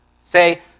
Say